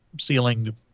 ceiling